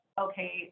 okay